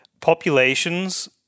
populations